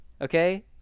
Okay